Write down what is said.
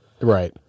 right